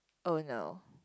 oh no